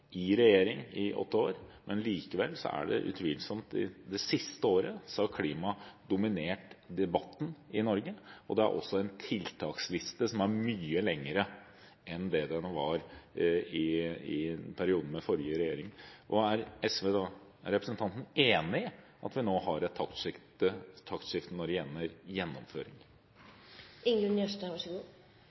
i regjering i åtte år, men likevel er det utvilsomt slik at det siste året har klima dominert debatten i Norge, og det er også en tiltaksliste som er mye lengre enn det den var i perioden med forrige regjering. Er representanten enig i at vi nå har et taktskifte når det gjelder